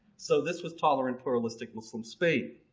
so this was tolerant, pluralistic muslim spain.